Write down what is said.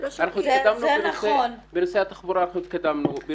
בנושא התחבורה אנחנו התקדמנו.